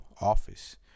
office